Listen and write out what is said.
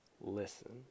Listen